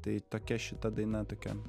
tai tokia šita daina tokia